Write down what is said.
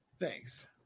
Thanks